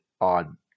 on